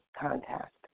contact